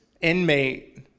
inmate